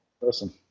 Listen